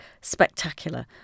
spectacular